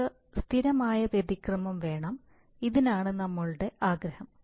നമുക്ക് സ്ഥിരമായ വ്യതിക്രമം വേണം ഇതാണ് നമ്മളുടെ ആഗ്രഹം